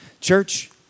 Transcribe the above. Church